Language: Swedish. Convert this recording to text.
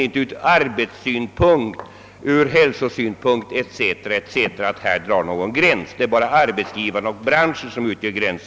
Från arbetsoch hälso Synpunkt m.m. går det inte att dra Någon gräns härvidlag — det är bara arbetsgivarna och branschen som ut Sör gräns.